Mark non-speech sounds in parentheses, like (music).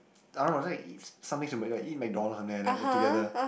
(noise) I don't know just eat something simple eat McDonald's or something like that like together